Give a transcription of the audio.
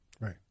Right